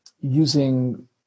using